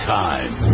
time